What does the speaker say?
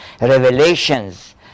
revelations